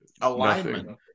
Alignment